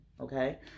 Okay